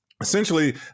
Essentially